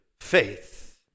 faith